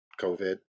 COVID